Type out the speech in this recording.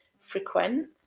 frequent